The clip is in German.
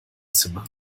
zimmer